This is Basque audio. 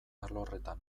alorretan